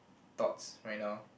thoughts right now